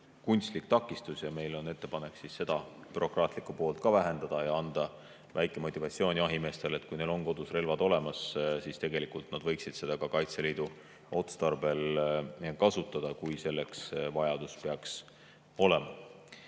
kunstlik takistus. Meil on ettepanek seda bürokraatiat vähendada ja anda väike motivatsioon jahimeestele, et kui neil on kodus relvad olemas, siis tegelikult nad võiksid neid ka Kaitseliidu otstarbel kasutada, kui selleks peaks vajadus olema.